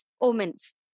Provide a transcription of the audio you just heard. omens